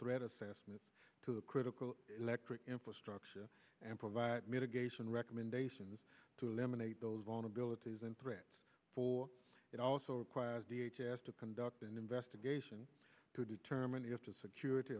threat assessment to the critical electric infrastructure and provide mitigation recommendations to eliminate those vulnerabilities and threats for it also requires d h asked to conduct an investigation to determine if the security